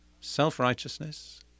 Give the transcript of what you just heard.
Self-righteousness